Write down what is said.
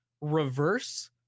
reverse